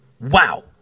Wow